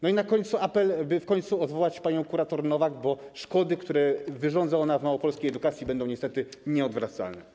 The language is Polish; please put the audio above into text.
I na koniec apel, by w końcu odwołać panią kurator Nowak, bo szkody, które wyrządza ona w małopolskiej edukacji, będą niestety nieodwracalne.